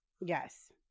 Yes